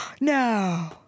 No